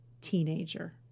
teenager